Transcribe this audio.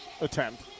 attempt